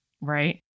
Right